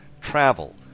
travel